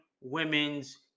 women's